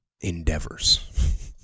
endeavors